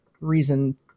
reason